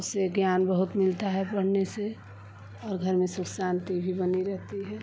उससे ज्ञान बहुत मिलता है पढ़ने से और घर में सुख शांति भी बनी रहती है